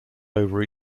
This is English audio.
over